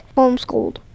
homeschooled